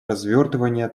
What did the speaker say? развертывания